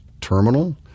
terminal